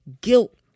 guilt